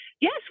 yes